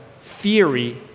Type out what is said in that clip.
theory